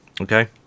okay